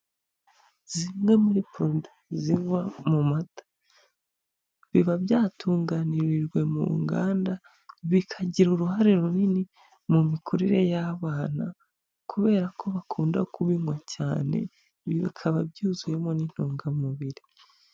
Zimwe muri poroduwi ziva mu mata, biba byatunganirijwe mu nganda, bikagira uruhare runini mu mikurire y'abana, kubera ko bakunda kubabinywa cyane ibi bikaba byuzuyemo n'intungamubiri.